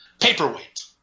Paperweight